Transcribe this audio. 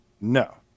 No